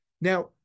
Now